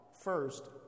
first